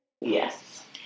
Yes